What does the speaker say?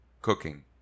cooking